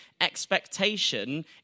expectation